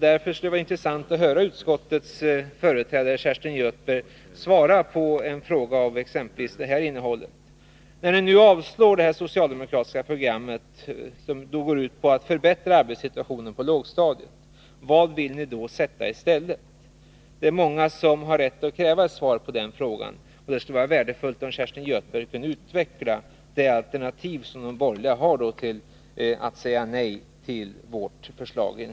Därför skulle det vara intressant att höra ett svar från utskottets talesman Kerstin Göthberg på följande fråga: När ni avstyrker det socialdemokratiska programmet, som går ut på att förbättra arbetssituationen på lågstadiet, vad vill ni då sätta i stället? Det finns många som har rätt att kräva ett svar på den frågan, och det skulle vara värdefullt om Kerstin Göthberg kunde utveckla det alternativ som de borgerliga har när ni säger nej till vårt förslag.